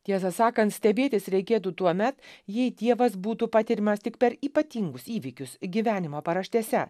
tiesą sakant stebėtis reikėtų tuomet jei dievas būtų patiriamas tik per ypatingus įvykius gyvenimo paraštėse